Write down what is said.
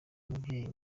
umubyeyi